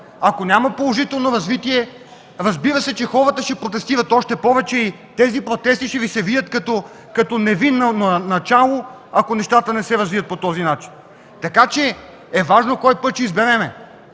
ако няма положително развитие, разбира се, че хората ще протестират още повече и тези протести ще Ви се видят като невинно начало – ако нещата не се развият по този начин. Така че е важно кой път ще изберем!